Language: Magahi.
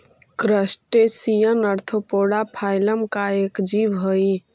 क्रस्टेशियन ऑर्थोपोडा फाइलम का एक जीव हई